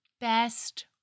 best